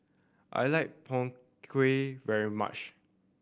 I like Png Kueh very much